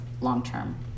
long-term